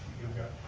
you've got